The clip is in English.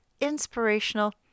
inspirational